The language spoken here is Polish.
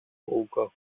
kółko